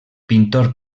pintor